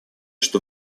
что